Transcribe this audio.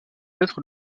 être